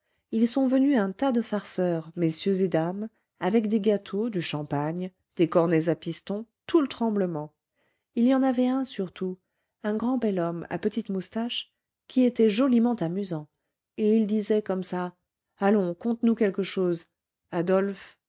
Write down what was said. ils sont venus un tas de farceurs messieurs et dames avec des gâteaux du champagne des cornets à pistons tout le tremblement il y en avait un surtout un grand bel homme à petites moustaches qui était joliment amusant et ils disaient comme ça allons conte-nous quelque chose adolphe